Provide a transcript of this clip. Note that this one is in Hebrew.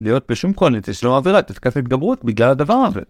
להיות בשום קואליציה שלא מעבירה את פסקת ההתגברות בגלל הדבר הזה